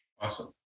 Awesome